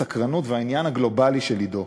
הסקרנות והעניין הגלובלי של עידו.